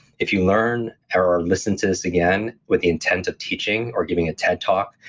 if you learn or or listen to this again, with the intent of teaching or giving a ted talk,